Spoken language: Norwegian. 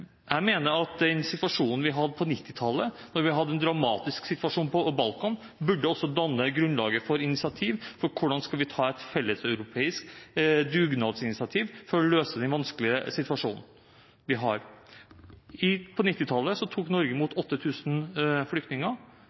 Jeg mener den dramatiske situasjonen vi hadde på Balkan på 1990-tallet, også burde danne grunnlag for hvordan vi skal ta et felles europeisk dugnadsinitiativ for å løse den vanskelige situasjonen vi har. På 1990-tallet tok Norge imot 8 000 flyktninger.